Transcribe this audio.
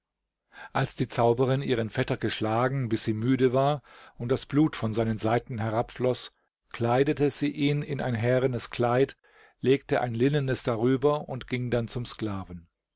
als die zauberin ihren vetter geschlagen bis sie müde war und das blut von seinen seiten herabfloß kleidete sie ihn in ein härenes kleid legte ein linnenes darüber und ging dann zum sklaven